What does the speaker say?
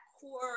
core